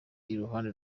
iruhande